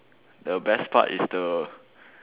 the best part is the